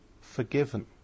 forgiven